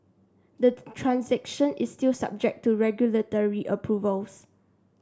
the transaction is still subject to regulatory approvals